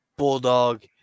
Bulldog